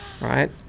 right